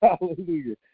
Hallelujah